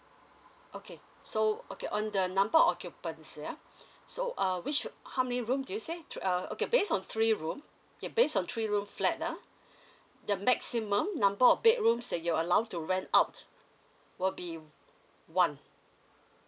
okay so okay on the number of occupants yeah so uh which how many room do you say three (uh okay based on three room okay based on three room flat ah the maximum number of bedrooms that you are allowed to rent out will be one